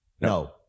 No